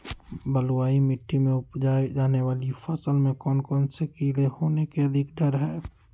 बलुई मिट्टी में उपजाय जाने वाली फसल में कौन कौन से कीड़े होने के अधिक डर हैं?